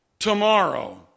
tomorrow